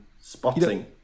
spotting